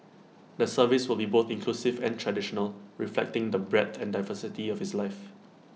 the service will be both inclusive and traditional reflecting the breadth and diversity of his life